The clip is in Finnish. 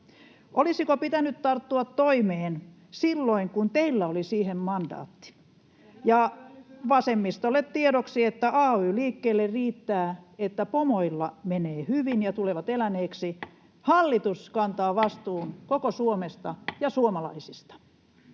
Olisiko pitänyt tarttua toimeen silloin, kun teillä oli siihen mandaatti? Ja vasemmistolle tiedoksi, että ay-liikkeelle riittää, että pomoilla menee hyvin ja tulevat eläneeksi. Hallitus kantaa vastuun koko Suomesta ja suomalaisista.